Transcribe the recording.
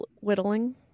whittling